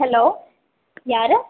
hello யார்